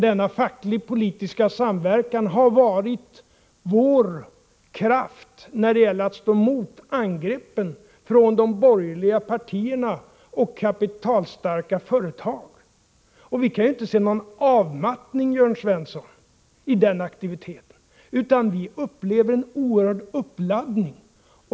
Denna fackligt-politiska samverkan har varit vår kraft när det gällt att stå emot angreppen från de borgerliga partierna och kapitalstarka företag. Vi kan inte se någon avmattning i den aktiviteten, Jörn Svensson, utan vi upplever en oerhörd uppladdning.